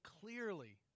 clearly